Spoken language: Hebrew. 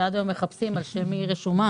ועד היום מחפשים על שם מי היא רשומה,